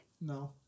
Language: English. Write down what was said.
No